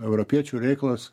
europiečių reikalas